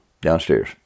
downstairs